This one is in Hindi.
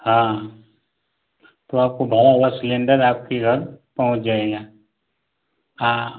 हाँ तो आपकाे भरा हुआ सिलेंडर आपके घर पहुँच जाएगा हाँ